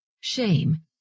shame